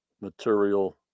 material